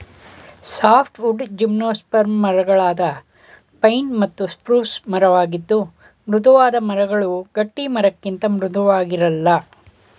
softwood gymnosperm ಮರಗಳಾದ pine ಮತ್ತು spruce ಮರವಾಗಿದ್ದು ಮೃದುವಾದ ಮರಗಳು ಗಟ್ಟಿಮರಕ್ಕಿಂತ ಮೃದುವಾಗಿರಲ್ಲ